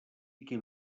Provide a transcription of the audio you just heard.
qui